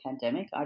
pandemic